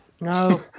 No